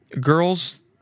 girls